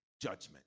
Judgment